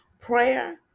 Prayer